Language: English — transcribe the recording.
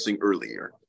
earlier